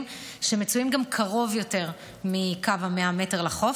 שמצויים גם קרוב יותר מקו ה-100 מטר לחוף.